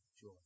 joy